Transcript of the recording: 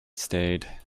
stayed